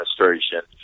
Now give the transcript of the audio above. administration